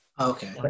Okay